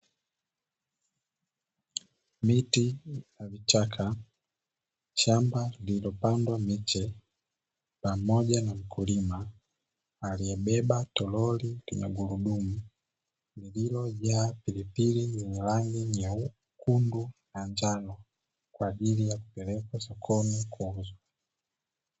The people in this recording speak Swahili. Miti na vichaka, shamba lililopandwa miche pamoja na mkulima aliyebeba toroli lina gurudumu, lililojaa pilipili zenye rangi nyekundu na njano, kwa ajili ya kupelekwa sokoni kuuzwa.